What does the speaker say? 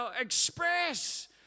express